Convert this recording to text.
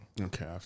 Okay